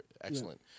excellent